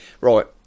Right